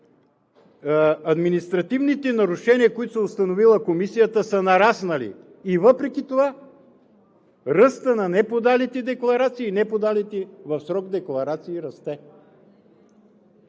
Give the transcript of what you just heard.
административните нарушения, които е установила Комисията, са нараснали. И въпреки това ръстът на неподалите декларации и неподалите в срок декларации расте!